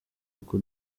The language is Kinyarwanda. uko